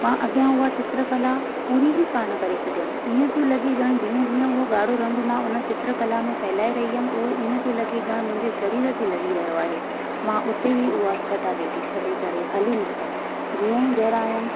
मां अॻियां उहा चित्रकला पूरी ई कान करे सघियमि इअं पियो लॻे ॼण जीअं जीअं उहो ॻाड़ो रंग मां हुन चित्रकला में फ़हिलाए रही हुअमि उहो इअं पियो लॻे ॼण मुंहिंजे सरीर खे लॻी रहियो आहे मां हुते ई उहा चटाभेटी छॾे करे हली निकितमि जीअं ई घरु आयमि